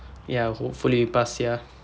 ya hopefully pass sia